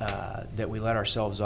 that we let ourselves